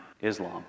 Islam